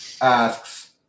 asks